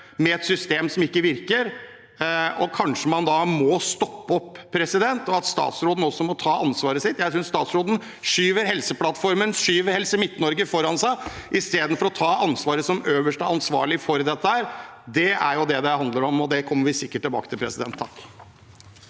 med et system som ikke virker. Kanskje man da må stoppe opp, og kanskje statsråden også må ta ansvaret sitt. Jeg synes statsråden skyver Helseplattformen og Helse Midt-Norge foran seg istedenfor å ta ansvaret som øverste ansvarlig for dette. Det er jo det det handler om, og det kommer vi sikkert tilbake til. Presidenten